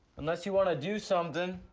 unless you wanna do something?